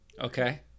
Okay